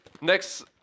Next